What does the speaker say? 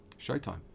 Showtime